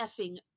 effing